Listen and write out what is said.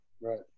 Right